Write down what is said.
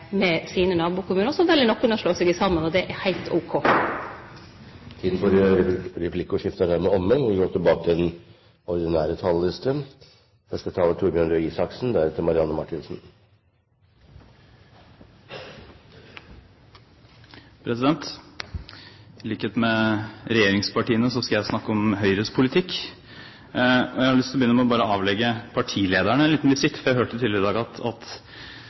oppgåvene sine, anten åleine eller i tett og godt samarbeid med nabokommunane. Så vel nokre å slå seg saman, og det er heilt ok. Replikkordskiftet er omme. I likhet med regjeringspartiene skal jeg snakke om Høyres politikk. Jeg har bare lyst til å avlegge partilederne en liten visitt. Jeg hørte tidligere i dag at